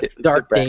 Dark